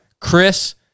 Chris